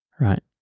right